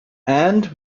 and